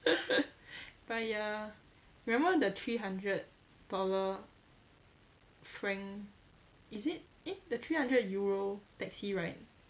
but ya remember the three hundred dollar franc is it eh the three hundred euro taxi ride